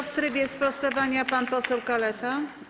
W trybie sprostowania pan poseł Kaleta.